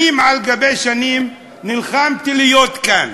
שנים על גבי שנים נלחמתי להיות כאן,